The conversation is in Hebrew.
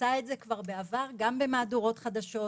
עשה את זה בעבר גם במהדורות חדשות,